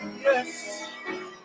Yes